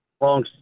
Long